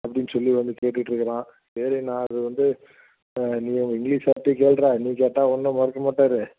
அப்படின்னு சொல்லி வந்து கேட்டுகிட்ருக்குறான் சரி நான் அது வந்து நீ உங்கள் இங்கிலீஷ் சார்கிட்டையே கேள்டா நீ கேட்டால் ஒன்றும் மறுக்கமாட்டார்